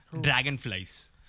dragonflies